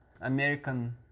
American